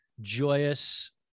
joyous